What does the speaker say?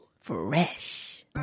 fresh